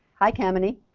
hi, kamini.